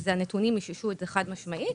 והנתונים איששו את זה חד-משמעית